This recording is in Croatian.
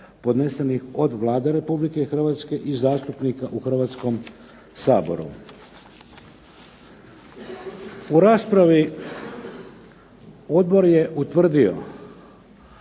podnesenih od Vlade Republike Hrvatske i zastupnika u Hrvatskom saboru. U raspravi Odbor je utvrdio